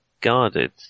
guarded